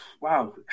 Wow